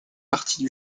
partie